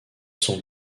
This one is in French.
sont